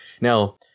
now